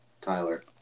Tyler